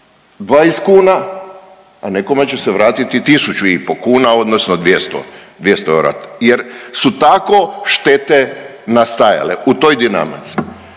20 kuna, a nekome će se vratiti tisuću i po kuna odnosno 200, 200 eura jer su tako štete nastajale u toj dinamici.